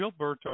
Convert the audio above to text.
Gilberto